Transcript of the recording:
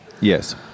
Yes